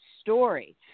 story